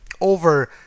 over